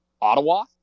Ottawa